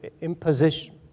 Imposition